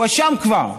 הואשם כבר,